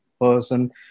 person